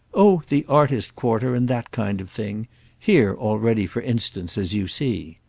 oh the artist-quarter and that kind of thing here already, for instance, as you see.